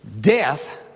death